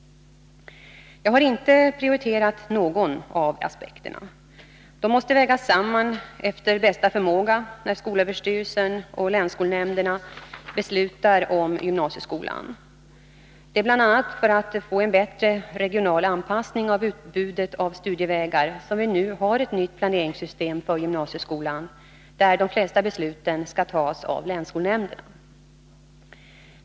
Jag har inte prioriterat någon av aspekterna. De måste vägas samman efter bästa förmåga, när skolöverstyrelsen och länsskolnämnderna beslutar om gymnasieskolan. Det är bl.a. för att få en bättre regional anpassning av utbudet av studievägar som vi nu har ett nytt planeringssystem för gymnasieskolan, där de flesta besluten skall tas av länsskolnämnderna.